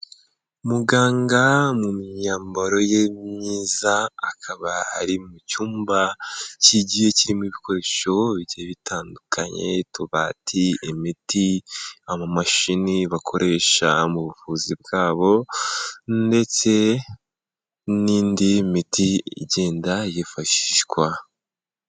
Muganga mu myambaro ye myiza, akaba ari mu cyumba kigiye kirimo ibikoresho bigiye bitandukanye, utubati, imiti, amamashini bakoresha mu buvuzi bwabo ndetse n'indi miti igenda yifashishwa.